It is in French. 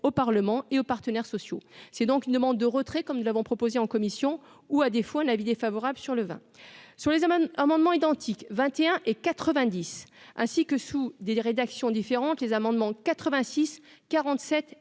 Parlement et aux partenaires sociaux, c'est donc une demande de retrait, comme nous l'avons proposé en commission ou à défaut un avis défavorable sur le vin sur les amendements, amendements identiques 21 et 90, ainsi que sous des rédactions différentes les amendements 86 47 et